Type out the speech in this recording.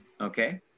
Okay